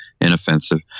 inoffensive